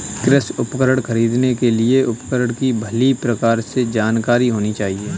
कृषि उपकरण खरीदने के लिए उपकरण की भली प्रकार से जानकारी होनी चाहिए